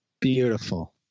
Beautiful